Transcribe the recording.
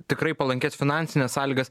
tikrai palankias finansines sąlygas